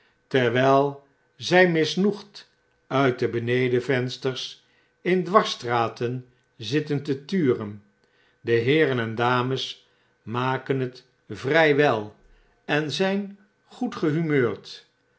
terwijl ztf misnoegd uit de benedenvensters in dwarsstraten zitten te turen de heeren en dames maken het vrg wel en zp goed